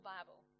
Bible